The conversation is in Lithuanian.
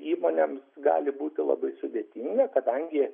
įmonėms gali būti labai sudėtinga kadangi